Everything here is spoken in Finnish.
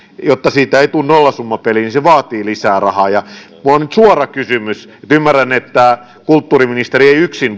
jotta siitä ei tule nollasummapeliä se vaatii lisää rahaa minulla on nyt suora kysymys ymmärrän että kulttuuriministeri ei yksin